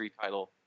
title